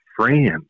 friends